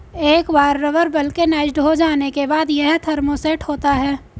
एक बार rubber vulcanised हो जाने के बाद, यह थर्मोसेट होता है